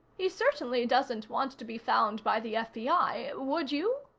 he certainly doesn't want to be found by the fbi would you?